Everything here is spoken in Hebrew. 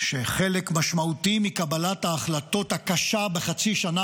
שחלק משמעותי מקבלת ההחלטות הקשה בחצי שנה